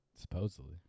Supposedly